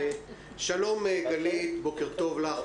שלום גלית, בוקר טוב לך.